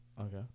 Okay